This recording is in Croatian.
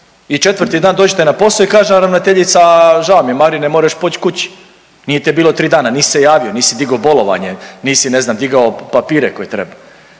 i 4. dan dođete na posao i kaže vam ravnateljica, a žao mi je Marine, moraš poći kuće, nije te bilo 3 dana, nisi se javio, nisi digao bolovanje, nisi, ne znam, digao papire koje treba